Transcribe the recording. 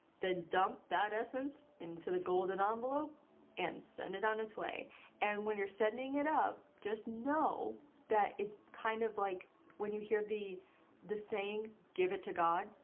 then dump that essence into the golden envelope and send it on its way and when you're sending it up, just know that it's kind of like when you hear the the saying give it to god,